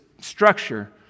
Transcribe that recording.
structure